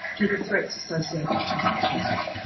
to the threats associated with climate change.